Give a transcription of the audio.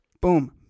Boom